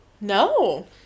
No